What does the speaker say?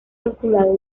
calculado